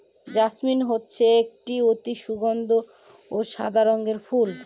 jasmine হচ্ছে একটি অতি সগন্ধি ও সাদা রঙের ফুল